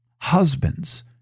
husbands